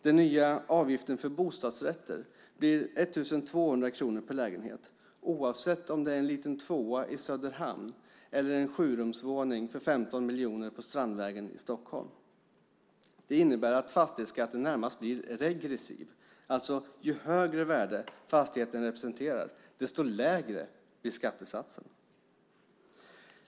Den nya avgiften för bostadsrätter blir 1 200 kronor per lägenhet, oavsett om det är en liten tvåa i Söderhamn eller en sjurumsvåning för 15 miljoner på Strandvägen i Stockholm. Det innebär att fastighetsskatten närmast blir regressiv, alltså ju högre värde fastigheten representerar, desto lägre blir skattesatsen.